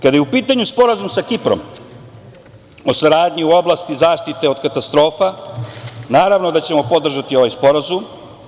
Kada je u pitanju Sporazum sa Kiprom o saradnji u oblasti zaštite od katastrofa, naravno da ćemo podržati ovaj sporazum.